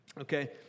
okay